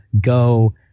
go